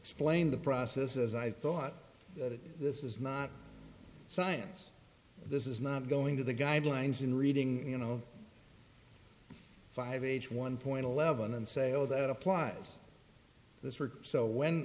explain the process as i thought this is not science this is not going to the guidelines in reading you know five age one point eleven and say oh that applies